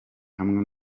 hamwe